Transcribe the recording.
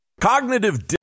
Cognitive